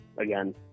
again